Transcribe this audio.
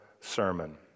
sermon